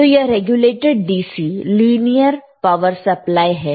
तो यह regulated DC linear power supply है